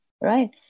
right